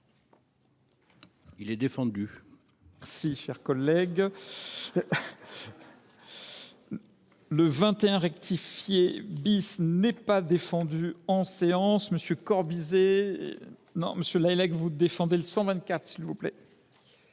Il est défendu,